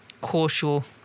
cautious